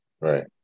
Right